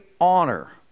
honor